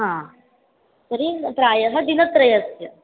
हा तर्हि प्रायः दिनत्रयस्य